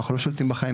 אנחנו לא שולטים בחיים,